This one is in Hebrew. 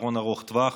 פתרון ארוך טווח,